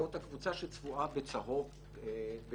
זאת הקבוצה שצבועה בצהוב.